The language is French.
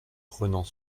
prenant